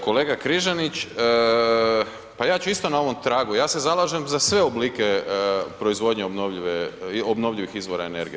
Kolega Križanić, pa ja ću isto na ovom tragu, ja se zalažem za sve oblike proizvodnje obnovljivih izvora energije.